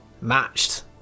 matched